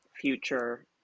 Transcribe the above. future